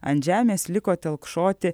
ant žemės liko telkšoti